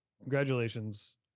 Congratulations